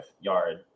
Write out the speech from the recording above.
yard